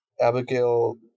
abigail